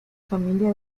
familia